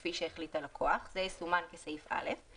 כפי שהחליט הלקוח זה יסומן כסעיף (א);